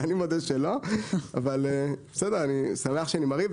אני מודה שלא, אבל בסדר, אני שמח שאני מרים.